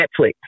Netflix